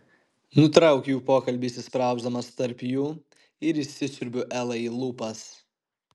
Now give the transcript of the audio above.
nutraukiu jų pokalbį įsisprausdamas tarp jų ir įsisiurbiu elai į lūpas